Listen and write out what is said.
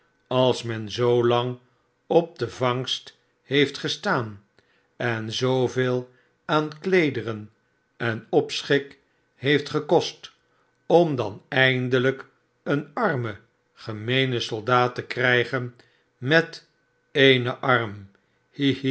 als men zoolang op de vangst heeft gestaan en zooveel aan kleederen en opschik heeft gekost om dan eindelijk een armen gemeenen soldaat te krijgen met denen arm